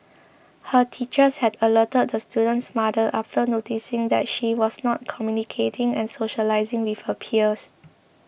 her teachers had alerted the student's mother after noticing that she was not communicating and socialising with her peers